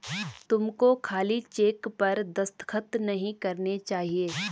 तुमको खाली चेक पर दस्तखत नहीं करने चाहिए